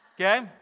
Okay